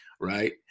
Right